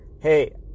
hey